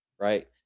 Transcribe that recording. right